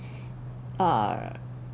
err